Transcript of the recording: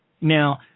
Now